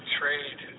trade